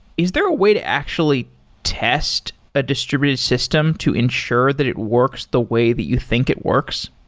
is there a way to actually test a distributed system to ensure that it works the way that you think it works?